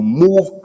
move